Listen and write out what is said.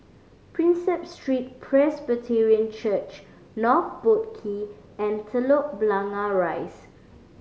Prinsep Street Presbyterian Church North Boat Quay and Telok Blangah Rise